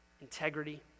integrity